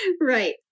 Right